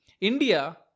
India